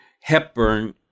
Hepburn